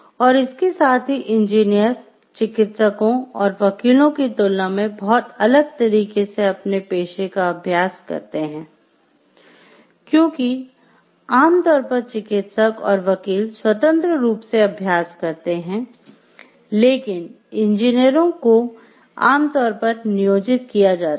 और इसके साथ ही इंजीनियर चिकित्सकों और वकीलों की तुलना मे बहुत अलग तरीके से अपने पेशे का अभ्यास करते हैं क्योंकि आमतौर पर चिकित्सक और वकील स्वतंत्र रूप से अभ्यास करते हैं लेकिन इंजीनियरों को आमतौर पर नियोजित किया जाता है